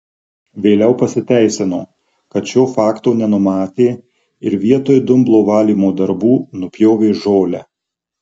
vėliau pasiteisino kad šio fakto nenumatė ir vietoj dumblo valymo darbų nupjovė žolę